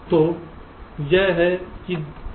तो यह है कि कैसे रैपर काम करता है